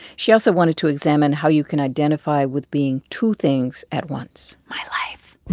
she also wanted to examine how you can identify with being two things at once my life